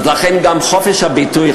לכן גם חופש הביטוי,